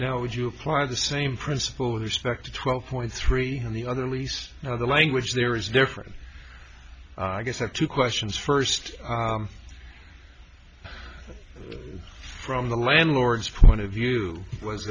how would you apply the same principle with respect to twelve point three and the other least of the language there is different i guess the two questions first from the landlord's point of view was